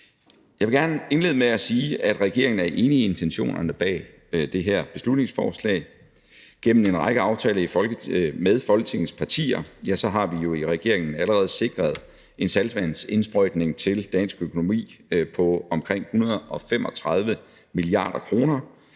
Jeg vil gerne indlede med at sige, at regeringen er enig i intentionerne bag det her beslutningsforslag. Gennem en række aftaler med Folketingets partier har vi jo i regeringen allerede sikret en saltvandsindsprøjtning til dansk økonomi på omkring 135 mia. kr.,